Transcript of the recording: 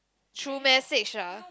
through message ah